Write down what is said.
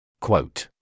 Quote